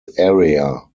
area